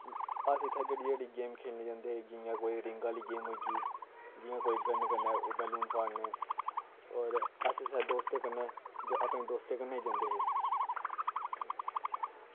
अस इत्थै जेह्ड़ी जेह्ड़ी गेम खेलने जंदे हे जि'यां कोई रिंग आह्ली गेम होई गेई जियां कोई गन कन्नै बैलून फाड़ने और अस सारे दोस्तें कन्नै अपने दोस्तें कन्नै जंदे हे